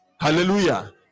Hallelujah